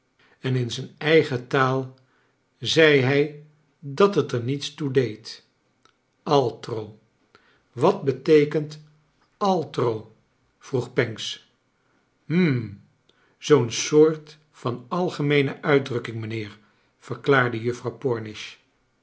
en in zijn eigen taal zei hij dat t er niets toe deed altro wat beteekeiit altro vroeg pancks hm zoo'n soort van algemeene uitdrukking mijnheer verklaarde juffrouw